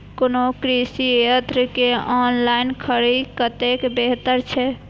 कोनो कृषि यंत्र के ऑनलाइन खरीद कतेक बेहतर छै?